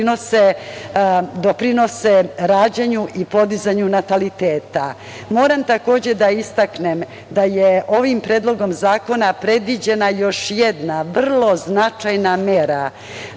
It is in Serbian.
doprinose rađanju i podizanju nataliteta. Moram, takođe, da istaknem da je ovim Predlogom zakona predviđena još jedna vrlo značajna mera,